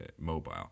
mobile